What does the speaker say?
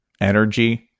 energy